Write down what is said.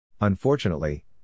Unfortunately